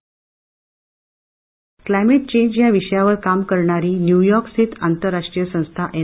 bite climate change या विषयावर काम करणारी न्युयॉर्क स्थित आंतरराष्ट्रीय संस्था एन